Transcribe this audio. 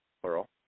plural